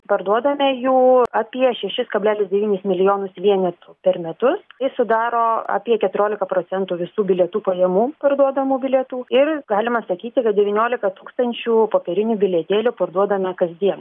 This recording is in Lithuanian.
parduodame jų apie šešis kablelis devynis milijonus vienetų per metus jis sudaro apie keturiolika procentų visų bilietų pajamų parduodamų bilietų ir galima sakyti kad devyniolika tūkstančių popierinių bilietėlių parduodame kasdien